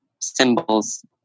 symbols